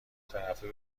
طرفه